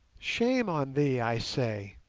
shame on thee, i say